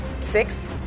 Six